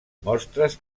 mostres